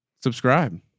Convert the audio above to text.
subscribe